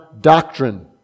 doctrine